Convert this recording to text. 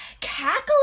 cackling